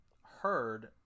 heard